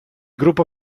gruppo